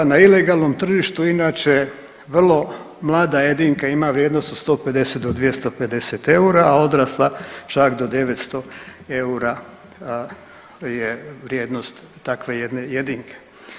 Na ilegalnom tržištu inače vrlo mlada jedinka ima vrijednost od 150 do 250 eura, a odrasla čak do 900 eura je vrijednost takve jedne jedinke.